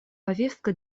повестка